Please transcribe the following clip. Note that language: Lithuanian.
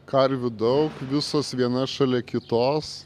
karvių daug visos viena šalia kitos